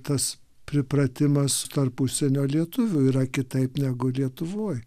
tas pripratimas tarp užsienio lietuvių yra kitaip negu lietuvoj